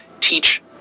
teach